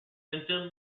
symptom